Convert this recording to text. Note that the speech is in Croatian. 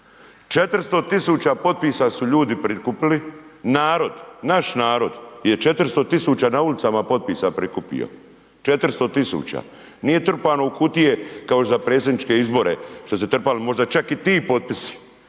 400 tisuća potpisa su ljudi prikupili, narod, naš narod je 400 tisuća na ulicama potpisa prikupio. 400 tisuća. Nije trpano u kutije kao za predsjedničke izbore što se trpalo, možda čak i ti potpisi.